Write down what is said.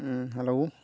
ᱦᱮᱸ ᱦᱮᱞᱳ